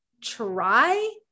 try